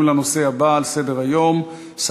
נעבור להצעות לסדר-היום בנושא: